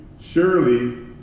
Surely